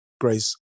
Grace